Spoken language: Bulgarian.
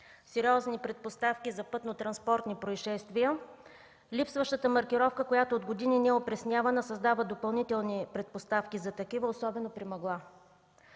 сериозни предпоставки за пътно-транспортни произшествия. Липсващата маркировка, която от години не е опреснявана, създава допълнителни предпоставки за такива, особено при мъгла.